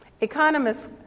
Economists